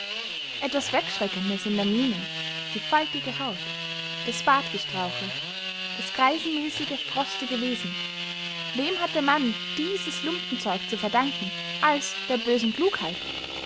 etwas wegschreckendes in der mine die faltige haut das bartgestrauche das greisenmässige frostige wesen wem hat der mann dieses lumpenzeug zu verdanken als der bösen klugheit